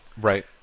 Right